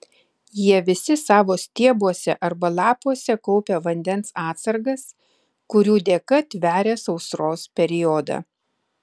jie visi savo stiebuose arba lapuose kaupia vandens atsargas kurių dėka tveria sausros periodą